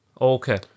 Okay